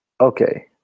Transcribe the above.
Okay